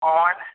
on